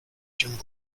jungle